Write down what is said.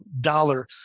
dollar